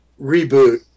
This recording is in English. reboot